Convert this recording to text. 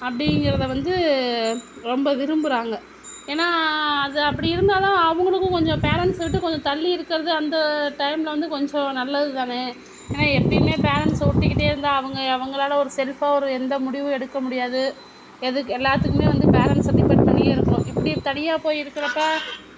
அப்படிங்கிறத வந்து ரொம்ப விரும்புகிறாங்க ஏன்னால் அதை அப்படி இருந்தால் தான் அவங்களுக்கும் கொஞ்சம் பேரண்ட்ஸை விட்டு கொஞ்சம் தள்ளி இருக்கிறது அந்த டைமில் வந்து கொஞ்சம் நல்லது தானே ஏன்னால் எப்பேயுமே பேரண்ட்ஸை ஒட்டிக்கிட்டே இருந்தால் அவங்க அவங்களால ஒரு செல்ஃபாக ஒரு எந்த முடிவும் எடுக்க முடியாது எதுக்கு எல்லாத்துக்குமே வந்து பேரண்ட்ஸை டிபன்ட் பண்ணியே இருக்கணும் இப்படி தனியாக போய் இருக்கிறப்போ